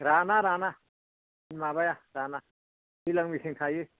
राना राना माबाया राना दैज्लां मेसें थायो